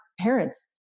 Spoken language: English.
parents